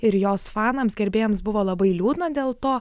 ir jos fanams gerbėjams buvo labai liūdna dėl to